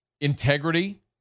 integrity